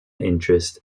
interest